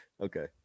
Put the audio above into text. okay